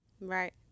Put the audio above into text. Right